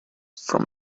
from